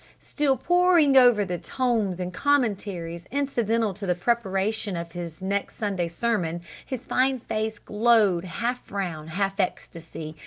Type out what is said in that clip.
still poring over the tomes and commentaries incidental to the preparation of his next sunday's sermon his fine face glowed half frown, half ecstasy,